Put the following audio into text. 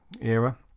era